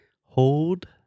hold